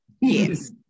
yes